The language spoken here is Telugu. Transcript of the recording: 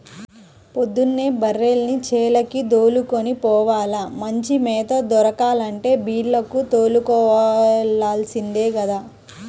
పొద్దున్నే బర్రెల్ని చేలకి దోలుకొని పోవాల, మంచి మేత దొరకాలంటే బీల్లకు తోలుకెల్లాల్సిందే గదా